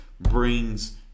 brings